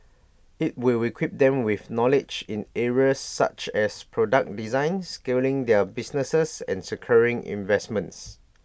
IT will we quip them with knowledge in areas such as product design scaling their businesses and securing investments